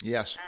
Yes